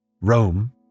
Rome